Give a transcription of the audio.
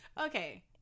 Okay